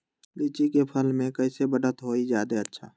लिचि क फल म कईसे बढ़त होई जादे अच्छा?